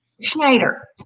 Schneider